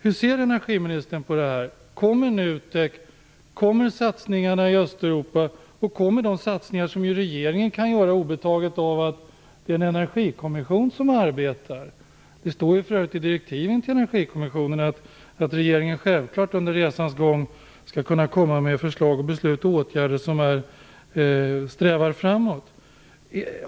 NUTEK:s arbete, satsningarna i Östeuropa och de satsningar som regeringen kan göra obetaget av den energikommission som arbetar att fortsätta? Det står för övrigt i energikommissionen att regeringen självklart under resans gång skall kunna komma med förslag och beslut till åtgärder som strävar framåt.